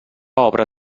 obra